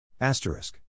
Asterisk